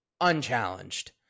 Unchallenged